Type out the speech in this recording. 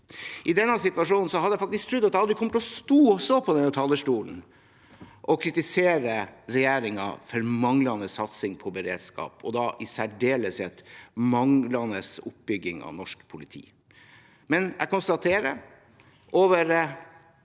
I denne situasjonen hadde jeg faktisk trodd at jeg aldri kom til å stå på denne talerstolen og kritisere regjeringen for manglende satsing på beredskap, og da i særdeleshet manglende oppbygging av norsk politi. Jeg konstaterer at over